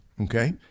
Okay